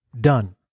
done